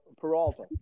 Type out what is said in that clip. Peralta